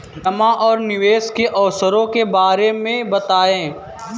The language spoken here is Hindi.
जमा और निवेश के अवसरों के बारे में बताएँ?